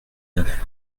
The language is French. neuf